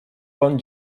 bon